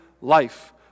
life